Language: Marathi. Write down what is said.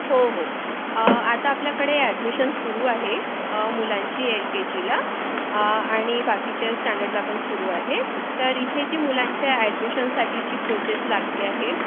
हो हो आता आपल्याकडे ॲडमिशन्स सुरु आहे मुलांची एल के जीला आणि बाकीच्या स्टँडर्डला पण सुरु आहे तर इथे जी मुलांच्या ॲडमिशनसाठी जी प्रोसेस लागते आहे